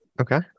Okay